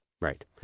Right